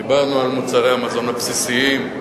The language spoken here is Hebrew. ודיברנו על מוצרי המזון הבסיסיים,